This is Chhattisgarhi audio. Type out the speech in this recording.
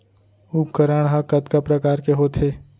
उपकरण हा कतका प्रकार के होथे?